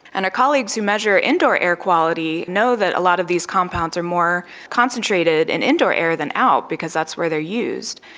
and our colleagues who measure indoor air quality know that a lot of these compounds are more concentrated in indoor air than out, because that's where they are used.